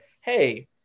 hey